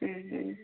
ହୁଁ ହୁଁ